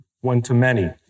one-to-many